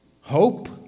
Hope